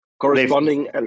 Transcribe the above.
Corresponding